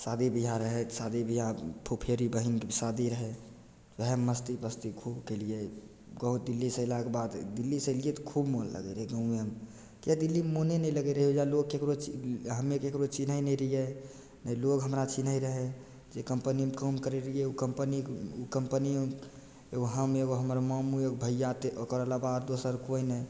शादी बियाह रहय तऽ शादी बियाह फुफेरी बहिनके शादी रहय ओहेमे मस्ती बस्ती खूब कयलियै गाँव दिल्लीसँ अयलाके बाद दिल्लीसँ अयलियै तऽ खूब मोन लगय रहय गाँवमे किएक दिल्लीमे मोने नहि लगय रहय ओइजाँ लोग ककरो चि हमे ककरो चिन्हय नहि रहियै ने लोग हमरा चिन्हय रहय जे कम्पनीमे काम करय रहियै उ कम्पनी उ कम्पनी एगो हम एगो हमर मामू एगो भैया ओकर अलावा आर दोसर कोइ नहि